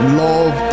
love